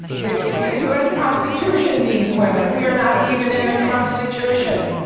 the us constitution needs women. we are not even in the constitution.